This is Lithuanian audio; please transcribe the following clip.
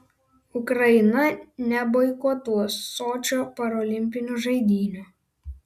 ukraina neboikotuos sočio parolimpinių žaidynių